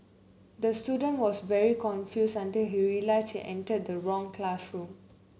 the student was very confused until he realised he entered the wrong classroom